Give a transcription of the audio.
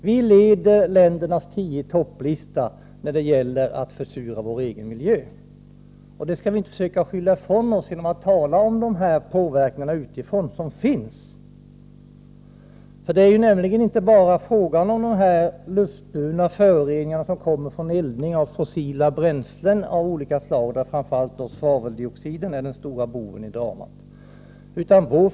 Vi leder ländernas tio-i-topp-lista när det gäller att försura vår egen miljö. Vi skall inte försöka skylla ifrån oss genom att tala om påverkningarna utifrån. Det är nämligen inte bara fråga om de luftburna föroreningarna som kommer från eldning av fossila bränslen av olika slag och där framför allt svaveldioxiden är den stora boven i dramat.